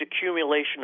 accumulation